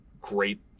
great